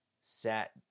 sat